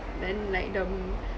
then like the mm